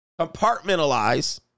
Compartmentalize